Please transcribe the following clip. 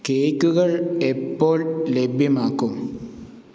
കേക്കുകൾ എപ്പോൾ ലഭ്യമാക്കും